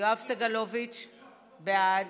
יואב סגלוביץ' בעד,